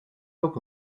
ook